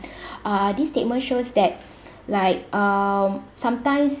uh this statement shows that like um sometimes